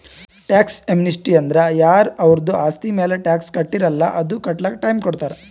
tax amnesty ಅಂದುರ್ ಯಾರ ಅವರ್ದು ಆಸ್ತಿ ಮ್ಯಾಲ ಟ್ಯಾಕ್ಸ್ ಕಟ್ಟಿರಲ್ಲ್ ಅದು ಕಟ್ಲಕ್ ಟೈಮ್ ಕೊಡ್ತಾರ್